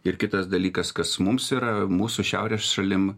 ir kitas dalykas kas mums yra mūsų šiaurės šalim